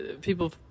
People